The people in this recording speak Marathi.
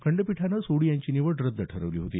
खंडपीठानं सोढी यांची निवड रद्द ठरवली होती